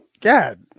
God